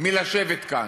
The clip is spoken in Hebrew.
מלשבת כאן,